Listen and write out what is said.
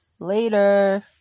Later